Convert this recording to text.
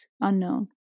unknown